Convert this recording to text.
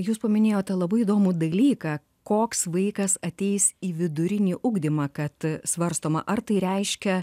jūs paminėjote labai įdomų dalyką koks vaikas ateis į vidurinį ugdymą kad svarstoma ar tai reiškia